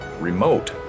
remote